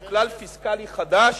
הוא כלל פיסקלי חדש,